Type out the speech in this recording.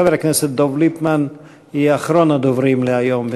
חבר הכנסת דב ליפמן יהיה אחרון הדוברים להיום,